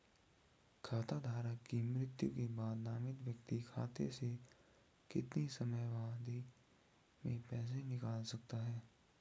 खाता धारक की मृत्यु के बाद नामित व्यक्ति खाते से कितने समयावधि में पैसे निकाल सकता है?